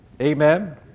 Amen